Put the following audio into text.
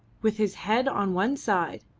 with his head on one side,